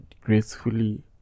gracefully